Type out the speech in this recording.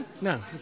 no